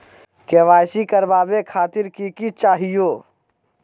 KYC करवावे खातीर कि कि चाहियो?